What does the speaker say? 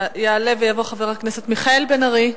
יעלה ויבוא חבר הכנסת מיכאל בן-ארי.